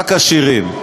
רק עשירים.